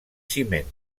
ciment